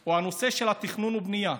הוא הנושא של תכנון ובנייה.